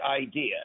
idea